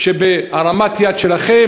בהרמת יד שלכם,